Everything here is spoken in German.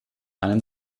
einen